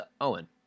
Owen